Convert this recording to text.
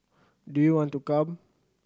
do you want to come